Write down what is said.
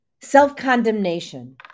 self-condemnation